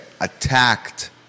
attacked